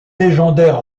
légendaire